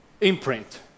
imprint